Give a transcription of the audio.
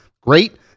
great